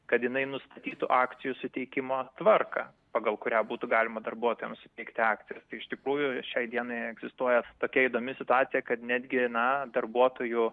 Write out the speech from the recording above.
kad jinai nustatytų akcijų suteikimo tvarką pagal kurią būtų galima darbuotojams suteikti akcijas tai iš tikrųjų šiai dienai egzistuoja tokia įdomi situacija kad netgi na darbuotojų